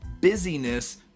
busyness